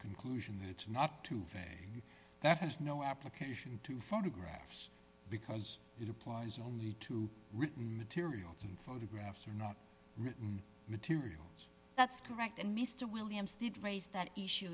conclusion that it's not to say that has no application to photographs because it applies only to written materials and photographs are not written materials that's correct and mr williams did raise that issue